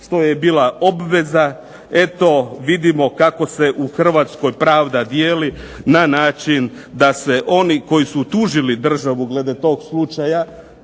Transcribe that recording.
što je bila obveza eto vidimo kako se u Hrvatskoj pravda dijeli na način da se oni koji su tužili državu glede tog slučaja